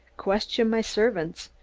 question my servants,